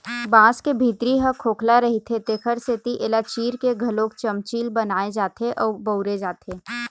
बांस के भीतरी ह खोखला रहिथे तेखरे सेती एला चीर के घलोक चमचील बनाए जाथे अउ बउरे जाथे